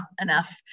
enough